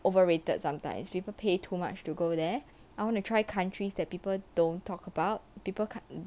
overrated sometimes people pay too much to go there I want to try countries that people don't talk about people cotton